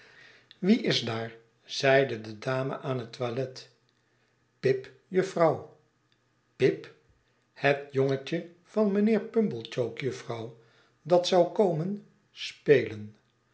wie is daar zeide de dame aan het toilet pip jufvrouw pip het jongetje van mijnheer pumblechook jufvrouw dat zou komen spelen